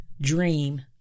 Dream